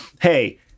hey